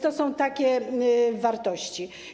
To są takie wartości.